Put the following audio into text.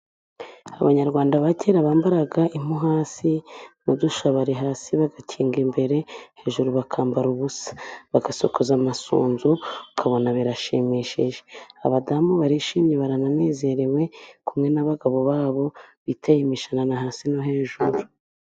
Abanyarwanda ba kera bambaraga impu hasi ,n'udushabure hasi bagakinga imbere ,hejuru bakambara ubusa bagasokoza amasunzu ,ukabona birashimishije ,abadamu barishimye barananezerewe ,kumwe n'abagabo babo ,biteye imishanana hasi no hejuru.